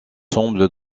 semble